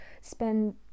spend